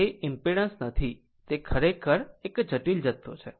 તે ઈમ્પેડંસ નથી ખરેખર એક જટિલ જથ્થો છે